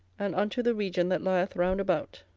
and unto the region that lieth round about